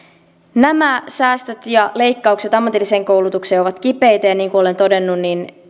nämä säästöt ja leikkaukset ammatilliseen koulutukseen ovat kipeitä ja niin kuin olen todennut